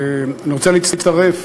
אני רוצה להצטרף